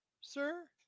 sir